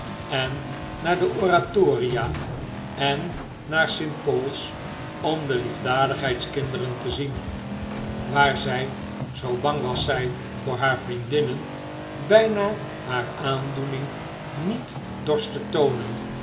en naar de oratoria en naar st paul's om de liefdadigheidskinderen te zien waar zij zoo bang was zij voor haar vriendinnen bijna haar aandoening niet dorst te toonen